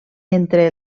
entre